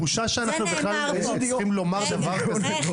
בושה שאנחנו בכלל צריכים לומר דבר כזה.